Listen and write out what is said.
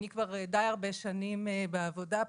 שאני כבר די הרבה שנים בעבודה פה,